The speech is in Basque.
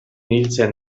hiltzen